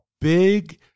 big